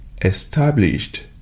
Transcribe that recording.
established